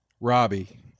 Robbie